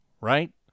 right